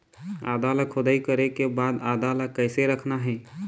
आदा ला खोदाई करे के बाद आदा ला कैसे रखना हे?